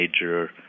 major